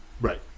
right